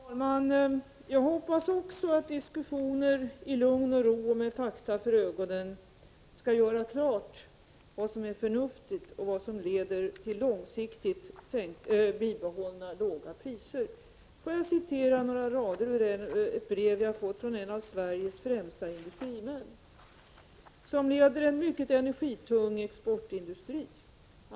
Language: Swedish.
Herr talman! Jag hoppas också att diskussioner i lugn och ro och med fakta för ögonen skall göra klart vad som är förnuftigt och vad som leder till långsiktigt bibehållna låga priser. Låt mig citera några rader ur ett brev jag fått från en av Sveriges främsta industrimän, som leder en mycket energitung exportindustri.